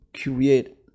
create